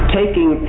taking